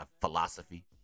philosophy